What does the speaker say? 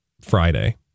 Friday